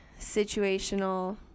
situational